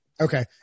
Okay